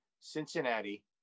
Cincinnati